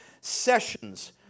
sessions